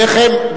איך הם,